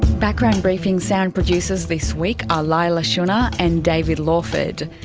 background briefing's sound producers this week are leila shunnar and david lawford.